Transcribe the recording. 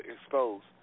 exposed